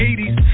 80s